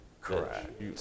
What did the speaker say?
Correct